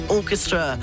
Orchestra